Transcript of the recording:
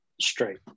straight